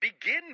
Begin